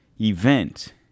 event